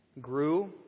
grew